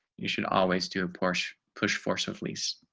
you should always do a push, push for so if lease.